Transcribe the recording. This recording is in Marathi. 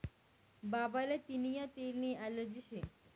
बाबाले तियीना तेलनी ॲलर्जी शे